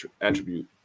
attribute